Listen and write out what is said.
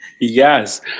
Yes